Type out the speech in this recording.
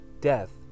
death